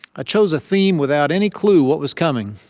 i chose a theme without any clue what was coming.